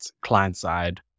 client-side